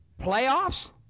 Playoffs